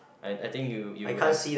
I I think you you have